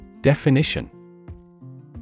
Definition